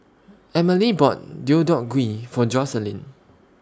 Emilie bought Deodeok Gui For Jocelyn